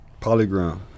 Polygram